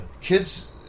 Kids